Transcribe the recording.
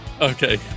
Okay